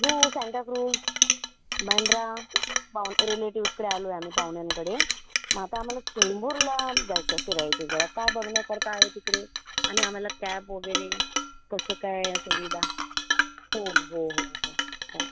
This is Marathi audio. जुहू सांताक्रुज बँड्रा पाव रिलेटिव्जकडे आलो आहे आम्ही पाहुण्यांकडे मग आता आम्हाला चेंबूरला जायचं आहे फिरायचं आहे जरा काय बघण्यासारखं आहे तिकडे आणि आम्हाला कॅब वगैरे कसं काय सुविधा हो हो हो हो हो